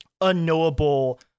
unknowable